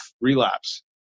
relapse